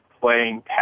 playing